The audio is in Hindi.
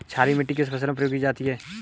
क्षारीय मिट्टी किस फसल में प्रयोग की जाती है?